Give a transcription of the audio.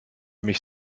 mich